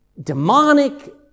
demonic